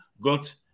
got